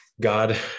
God